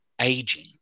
aging